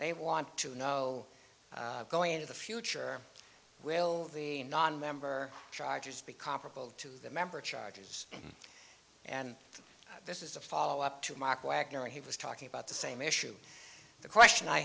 they want to know going into the future will the nonmember charges be comparable to the member charges and this is a follow up to mark wagner he was talking about the same issue the question i